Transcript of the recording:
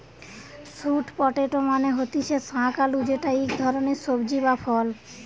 sweet potato মানে হতিছে শাক আলু যেটা ইক ধরণের সবজি বা ফল